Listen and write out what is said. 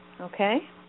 Okay